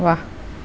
वाह